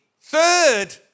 third